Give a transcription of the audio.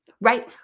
right